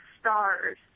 stars